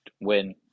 win